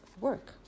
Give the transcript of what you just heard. work